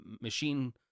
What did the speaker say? machine